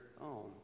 own